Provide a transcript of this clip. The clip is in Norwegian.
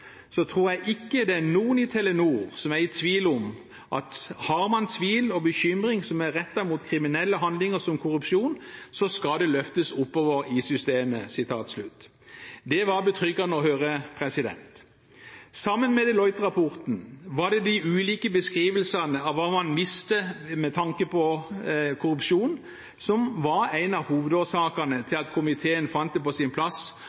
så tror jeg ikke det er noen i Telenor som er i tvil om at har man tvil og bekymring som er rettet mot kriminelle handlinger som korrupsjon, så skal det løftes oppover i systemet.» Det var betryggende å høre. Sammen med Deloitte-rapporten var det de ulike beskrivelsene av hva man visste med tanke på korrupsjon, som var en av hovedårsakene til at komiteen fant det på sin plass